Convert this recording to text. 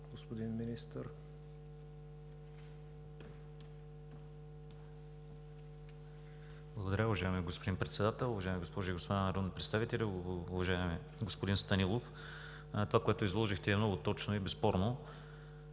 КРАСИМИР ВЪЛЧЕВ: Благодаря, уважаеми господин Председател. Уважаеми госпожи и господа народни представители! Уважаеми господин Станилов, това, което изложихте, е много точно и безспорно.